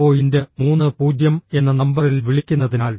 30 എന്ന നമ്പറിൽ വിളിക്കുന്നതിനാൽ